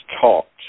talked